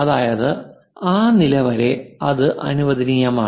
അതായത് ആ നില വരെ ഇത് അനുവദനീയമാണ്